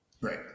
Right